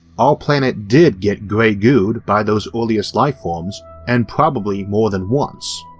our planet did get gray-goo'd by those earliest life forms and probably more than once.